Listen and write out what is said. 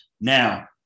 Now